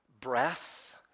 breath